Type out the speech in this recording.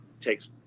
takes